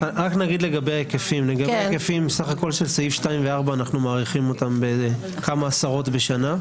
לגבי ההיקפים של סעיפים 2 ו-4 אנחנו מעריכים שמדובר בכמה עשרות בשנה.